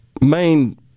main